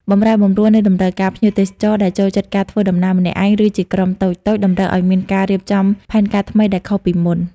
បម្រែបម្រួលនៃតម្រូវការភ្ញៀវទេសចរ ដែលចូលចិត្តការធ្វើដំណើរម្នាក់ឯង ឬជាក្រុមតូចៗ តម្រូវឱ្យមានការរៀបចំផែនការថ្មីដែលខុសពីមុន។